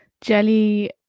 jelly